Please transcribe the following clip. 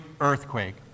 earthquake